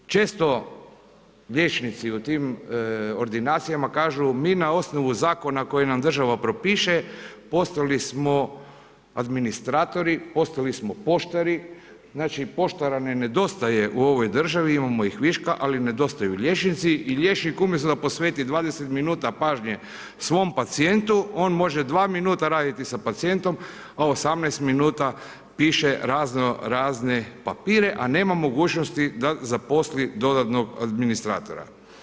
Često liječnici u tim ordinacijama kažu mi na osnovu zakona koji nam država propiše postali smo administratori, postali smo poštari, znači poštara ne nedostaje u ovoj državi, imamo ih viška, ali nedostaju liječnici i liječnik umjesto da posveti 20 minuta pažnje svom pacijentu, on može 2 minuta raditi sa pacijentom, a 18 minuta piše razno razne papire, a nema mogućnosti da zaposli dodatnog administratora.